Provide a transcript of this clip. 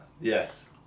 Yes